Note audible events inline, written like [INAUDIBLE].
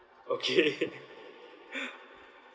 okay [LAUGHS] [BREATH]